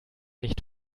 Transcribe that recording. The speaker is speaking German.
nicht